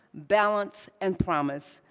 balance and promise,